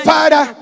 Father